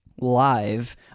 live –